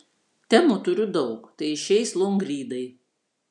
temų turiu daug tai išeis longrydai